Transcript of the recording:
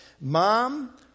Mom